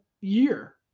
year